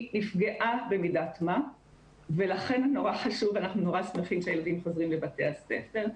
היא נפגעה במידת-מה ולכן אנחנו נורא שמחים שהילדים חוזרים לבתי הספר,